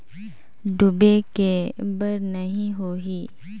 डूबे के बर नहीं होही न?